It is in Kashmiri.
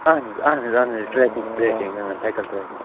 اَہَن حظ اَہَن حظ اَہَن حظ ٹریکنٛگ ٹریکنٛگ ٲں سایِکَل ٹریکنٛگ